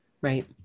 right